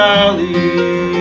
Valley